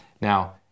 Now